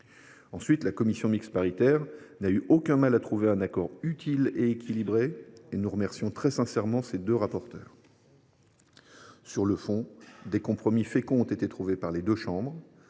Ensuite, la commission mixte paritaire n’a eu aucun mal à trouver un accord utile et équilibré, et nous en remercions très sincèrement ses deux rapporteurs. Sur le fond, des compromis féconds ont été trouvés par les deux chambres.